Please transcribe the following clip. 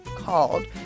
Called